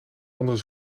andere